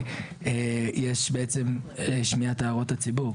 יש בעצם שמיעת הערות הציבור,